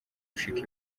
gushika